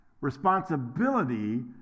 responsibility